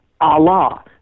Allah